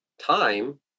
time